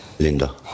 Linda